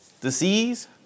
disease